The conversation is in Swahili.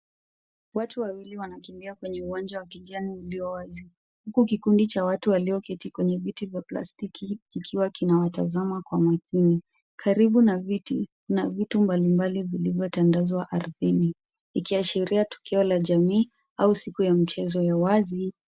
Watu wawili wanakimbia kwenye uwanja wa kijani uliowazi. Huku kikundi cha watu walioketi kwenye viti vya plastiki kikiwa kina watazama kwa makini, karibu na viti, na vitu mbalimbali vilivyotandazwa ardhini. Ikiashiria tukio la jamii, au siku ya mchezo ya wazi,